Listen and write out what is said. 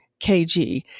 KG